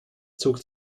zog